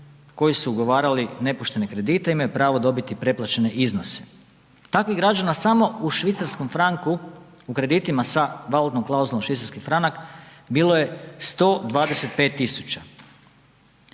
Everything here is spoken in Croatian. koji su ugovarali nepoštene kredite imaju pravo dobiti preplaćene iznose. Takvih građana samo u švicarskom franku u kreditima sa valutnom klauzulom švicarski franak bilo je 125.000.